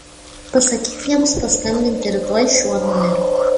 pasakyk jiems paskambinti rytoj šiuo numeriu